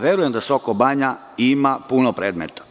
Verujem da Sokobanja ima puno predmeta.